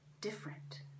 different